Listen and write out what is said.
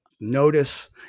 notice